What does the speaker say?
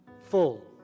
full